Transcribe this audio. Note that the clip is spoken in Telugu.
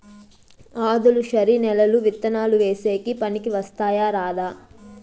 ఆధులుక్షరి నేలలు విత్తనాలు వేసేకి పనికి వస్తాయా రాదా?